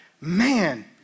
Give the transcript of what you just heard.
man